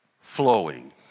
flowing